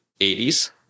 80s